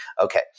Okay